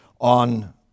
on